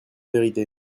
vérité